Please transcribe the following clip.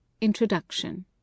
introduction